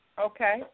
Okay